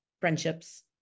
friendships